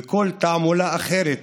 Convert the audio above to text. וכל תעמולה אחרת